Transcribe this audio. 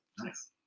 Nice